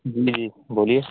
جی جی بولیے